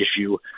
issue